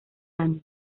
años